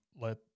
let